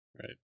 Right